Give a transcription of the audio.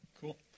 Cool